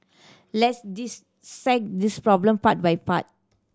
let's dissect this problem part by part